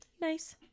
Nice